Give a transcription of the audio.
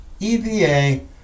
EVA